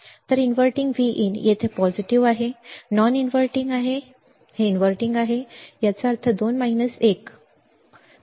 तर inverting Vin येथे positive सकारात्मकआहे हे नॉन इनव्हर्टिंग आहे हे इनव्हर्टिंग आहे याचा अर्थ 2 1 वर 1